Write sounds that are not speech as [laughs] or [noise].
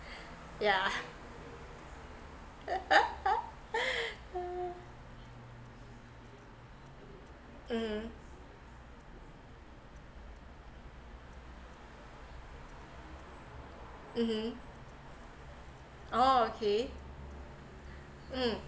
yeah [laughs] mm mmhmm oh okay mm